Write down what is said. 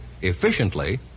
efficiently